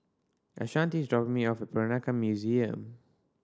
Ashanti is dropping me off Peranakan Museum